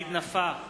סעיד נפאע,